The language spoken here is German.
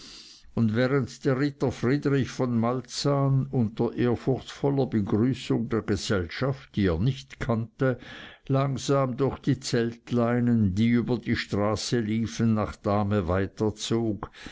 und während der ritter friedrich von malzahn unter ehrfurchtsvoller begrüßung der gesellschaft die er nicht kannte langsam durch die zeltleinen die über die straße liefen nach dahme weiterzog